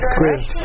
great